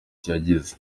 yagize